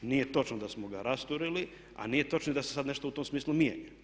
Nije točno da smo ga rasturili a nije točno ni da se sada nešto u tom smislu mijenja.